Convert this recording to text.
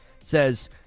says